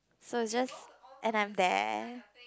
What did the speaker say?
so is just and I'm there